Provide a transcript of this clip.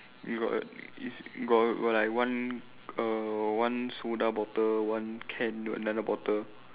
you got is you got got like one err one soda bottle one can another bottle